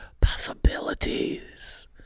possibilities